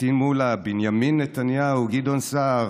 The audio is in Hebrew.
פטין מולא, בנימין נתניהו, גדעון סער,